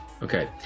Okay